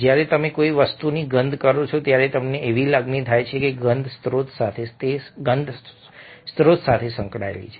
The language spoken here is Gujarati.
જ્યારે તમે કોઈ વસ્તુની ગંધ કરો છો ત્યારે તમને એવી લાગણી થાય છે કે ગંધ સ્ત્રોત સાથે સંકળાયેલી છે